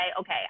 okay